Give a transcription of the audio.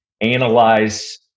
analyze